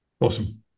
Awesome